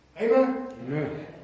Amen